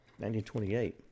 1928